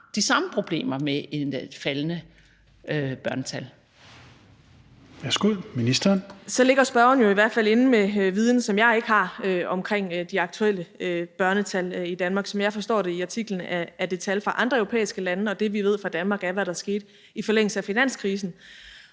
Social- og ældreministeren (Astrid Krag): Så ligger spørgeren jo i hvert fald inde med viden, som jeg ikke har, omkring de aktuelle børnetal i Danmark. Som jeg forstår det i artiklen, er det tal fra andre europæiske lande, og det, vi ved fra Danmark, er, hvad der skete i forlængelse af finanskrisen,